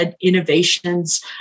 innovations